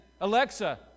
Alexa